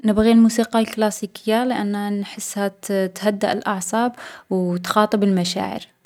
نبغي الموسيقى الكلاسيكية لأنها نحسها تـ تهدّأ الأعصاب، و تخاطب المشاعر.